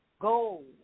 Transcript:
gold